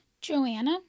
Joanna